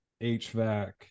HVAC